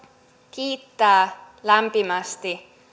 kiittää lämpimästi